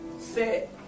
set